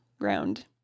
ground